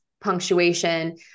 punctuation